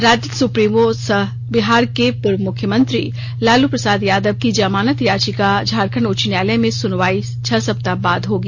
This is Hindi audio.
राजद सुप्रीमो सह बिहार के पूर्व मुख्यमंत्री लालू प्रसाद यादव की जमानत याचिका पर झारखंड उच्च न्यायालय में सुनवाई छह सप्ताह बाद होगी